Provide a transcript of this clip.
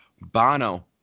Bono